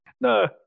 No